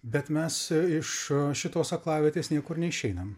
bet mes iš šitos aklavietės niekur neišeinam